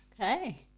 Okay